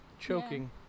choking